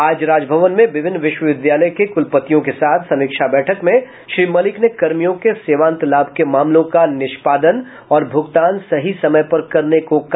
आज राजभवन में विभिन्न विश्वविद्यालय के कुलपतियों के साथ समीक्षा बैठक में श्री मलिक ने कर्मियों के सेवांत लाभ के मामलों का निष्पादन और भुगतान सही समय पर करने को कहा